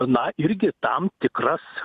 na irgi tam tikras